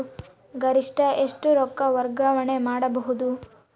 ಗರಿಷ್ಠ ಎಷ್ಟು ರೊಕ್ಕ ವರ್ಗಾವಣೆ ಮಾಡಬಹುದು?